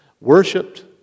worshipped